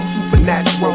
Supernatural